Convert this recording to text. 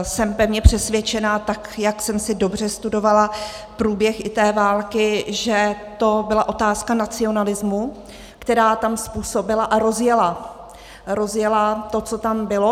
Jsem pevně přesvědčena, tak jak jsem si dobře studovala průběh i té války, že to byla otázka nacionalismu, která tam způsobila a rozjela, rozjela to, co tam bylo.